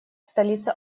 столица